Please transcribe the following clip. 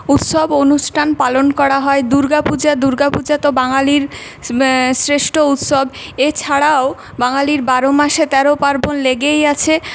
উৎসব অনুষ্ঠান পালন করা হয় দুর্গাপূজা দুর্গাপূজা তো বাঙালির শ্রেষ্ঠ উৎসব এছাড়াও বাঙালির বারো মাসে তেরো পার্বণ লেগেই আছে